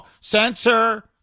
Censor